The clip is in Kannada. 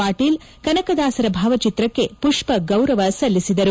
ಪಾಟೀಲ ಕನಕದಾಸರ ಭಾವಚಿತ್ರಕ್ಕೆ ಪುಪ್ಪಗೌರವ ಸಲ್ಲಿಸಿದರು